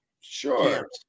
sure